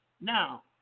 Now